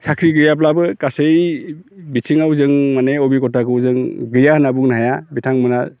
साख्रि गैयाब्लाबो गासै बिथिङाव जों माने अबिगथाखौ जों गैया होनना बुंनो हाया बिथांमोनहा